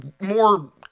more